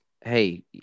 hey